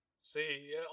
See